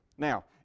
Now